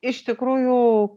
iš tikrųjų